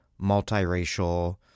multiracial